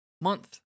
month